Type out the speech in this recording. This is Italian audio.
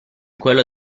quello